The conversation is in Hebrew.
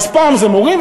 אז פעם זה מורים,